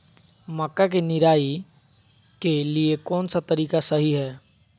मक्का के निराई के लिए कौन सा तरीका सही है?